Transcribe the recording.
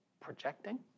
projecting